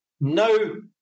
no